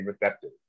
receptive